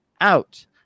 out